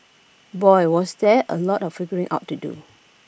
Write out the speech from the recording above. boy was there A lot of figuring out to do